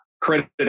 credit